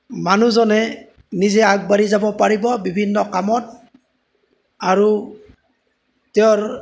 মানুহজনে নিজে আগবাঢ়ি যাব পাৰিব বিভিন্ন কামত আৰু তেওঁৰ